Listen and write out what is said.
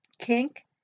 kink